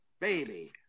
Baby